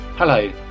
Hello